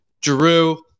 Drew